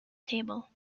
table